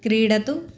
क्रीडतु